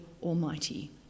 Almighty